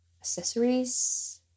accessories